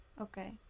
Okay